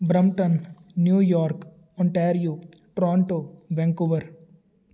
Brampton New York Ontario Toronto Vancouver